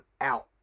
out